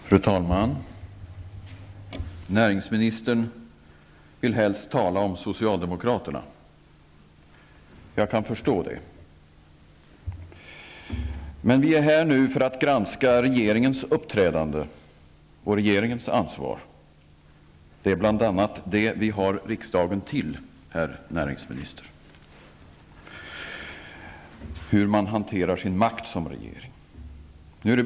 Fru talman! Näringsministern vill helst tala om socialdemokraterna. Jag kan förstå det. Men vi är här nu för att granska regeringens uppträdande och regeringens ansvar. Det är bl.a. det vi har riksdagen till för, herr näringsminister, alltså hur man hanterar sin makt som regering.